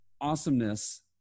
awesomeness